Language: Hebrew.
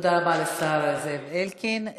תודה רבה לשר זאב אלקין.